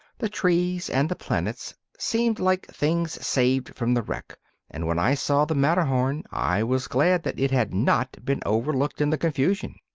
the trees and the planets seemed like things saved from the wreck and when i saw the matterhorn i was glad that it had not been overlooked in the confusion.